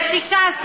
בוודאי.